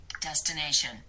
Destination